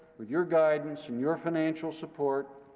with your guidance and your financial support,